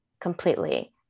completely